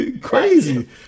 Crazy